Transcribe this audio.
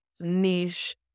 niche